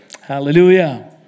Hallelujah